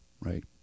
right